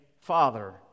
Father